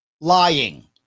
lying